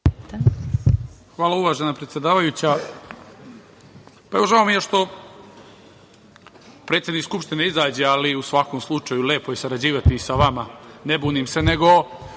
Hvala, uvažena predsedavajuća. Žao mi je što predsednik Skupštine izađe, ali u svakom slučaju, lepo je sarađivati i sa vama, ne bunim se. Nego,